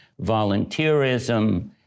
volunteerism